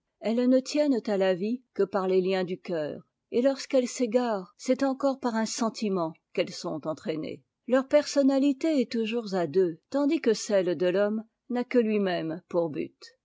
elles ne tiennent à la vie que par les liens du cœur et torsqu'e tes s'égarent c'est encore par un sentiment qu'elles sont entrainées teur personnalité est toujours à deux tandis que cette de l'homme n'a que ui même pour but